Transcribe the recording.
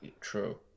True